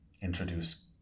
introduce